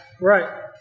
Right